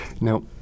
Now